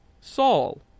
Saul